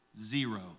zero